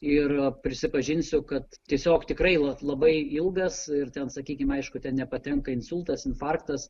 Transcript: ir prisipažinsiu kad tiesiog tikrai labai ilgas ir ten sakykime aišku ten nepatenka insultas infarktas